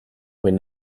when